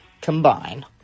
combine